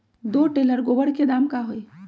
दो टेलर गोबर के दाम का होई?